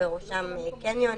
ובראשם קניונים,